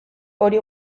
hori